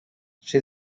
she